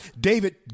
David